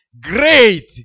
great